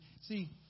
See